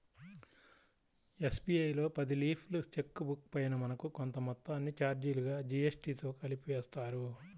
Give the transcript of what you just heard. SBI లో పది లీఫ్ల చెక్ బుక్ పైన మనకు కొంత మొత్తాన్ని చార్జీలుగా జీఎస్టీతో కలిపి వేస్తారు